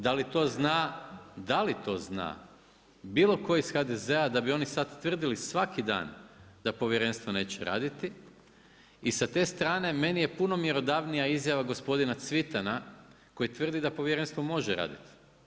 Da li to zna bilo tko iz HDZ-a da bi oni sad tvrdili svaki dan da povjerenstvo neće raditi i sa te strane meni je puno mjerodavnija izjava gospodina Cvitana koji tvrdi da povjerenstvo može radit.